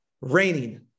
Raining